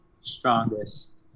Strongest